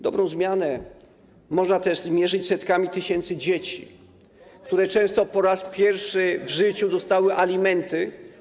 Dobrą zmianę można też mierzyć setkami tysięcy dzieci, które często po raz pierwszy w życiu dostały alimenty.